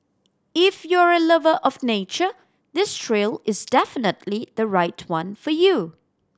if you're a lover of nature this trail is definitely the right one for you